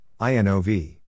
INOV